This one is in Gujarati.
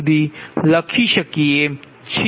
Pn લખી શકીએ છીએ